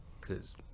Cause